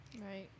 Right